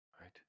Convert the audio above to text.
right